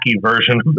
version